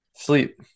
Sleep